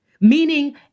Meaning